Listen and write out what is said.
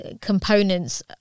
components